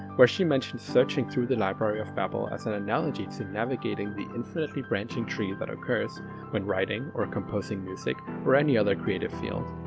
where she mentions searching through the library of babel as an analogy to navigating the infinitely branching tree that occurs when writing or composing music or any other creative field.